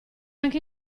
anche